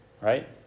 Right